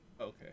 Okay